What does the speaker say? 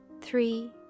three